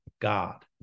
God